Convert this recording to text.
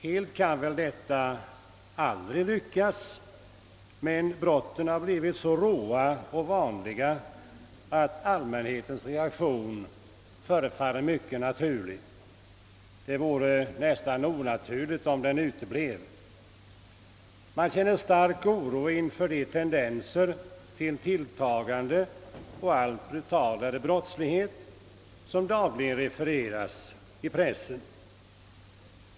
Helt kan väl detta aldrig lyckas, men brotten har blivit så råa och så vanliga att allmänhetens reaktion förefaller mycket naturlig. Det vore nästan onaturligt om den utebleve. Man känner stark oro inför de tendenser till tilltagande och allt brutalare brottslighet som dagligen refereras i pressen.